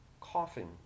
coughing